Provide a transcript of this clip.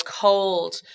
cold